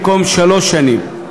במקום שלוש שנים.